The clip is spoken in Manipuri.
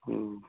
ꯎꯝ